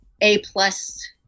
A-plus